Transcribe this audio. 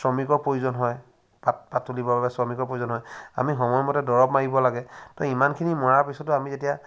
শ্ৰমিকৰ প্ৰয়োজন হয় পাত পাত তুলিবৰ বাবে শ্ৰমিকৰ প্ৰয়োজন হয় আমি সময়মতে দৰৱ মাৰিব লাগে তো ইমানখিনি মৰাৰ পিছতো আমি যেতিয়া